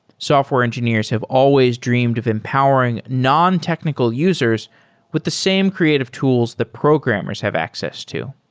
software engineers have always dreamed of empowering non-technical users with the same creative tools that programmers have access to.